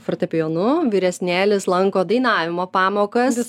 fortepijonu vyresnėlis lanko dainavimo pamokas